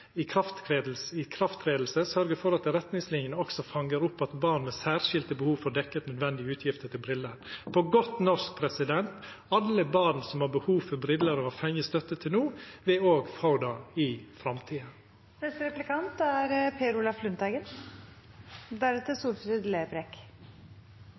god tid innen ikrafttredelse sørger for at retningslinjene også fanger opp at barn med særskilte behov får dekket nødvendige utgifter til briller.» På godt norsk: Alle barn som har behov for briller, og som har fått pengestøtte til no, vil òg få det i framtida. Representanten Breivik tok et kraftfullt oppgjør med arbeidslivskriminaliteten, og det er